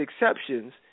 exceptions